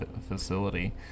facility